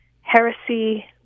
heresy